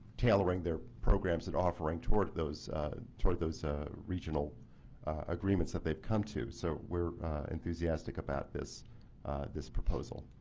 tailoring the programs and offering towards those sort of those ah regional agreements that they have come to. so we are enthusiastic about this this proposal.